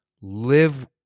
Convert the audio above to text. live